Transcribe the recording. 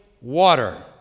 water